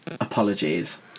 apologies